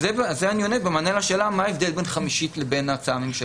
וזה אני עונה במענה לשאלה מה ההבדל בין --- לבין ההצעה הממשלתית.